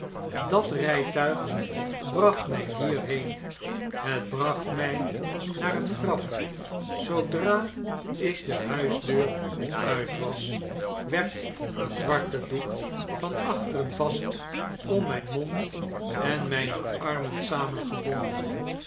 dat rijtuig bracht mjj hierheen het bracht mij naar het graf zoodra ik de huisdeur uit was werd een zwarte doek van achteren vast om mgn mond en mgne armen